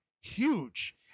huge